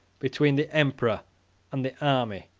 between the emperor and the army.